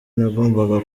nagombaga